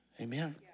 amen